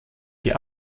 die